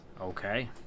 Okay